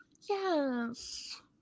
yes